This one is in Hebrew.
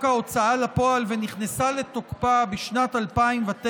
ההוצאה לפועל ונכנסה לתוקפה בשנת 2009,